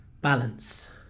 balance